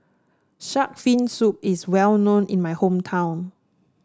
shark fin soup is well known in my hometown